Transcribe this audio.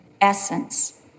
essence